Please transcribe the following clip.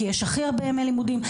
כי יש הכי הרבה ימי לימודים.